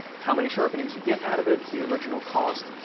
how many sharpenings you get out of it, the original cost,